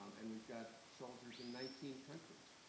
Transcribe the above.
um and we've got soldiers in nineteen countries,